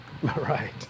Right